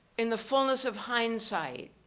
in the fullness of hindsight,